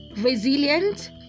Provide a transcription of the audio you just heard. resilient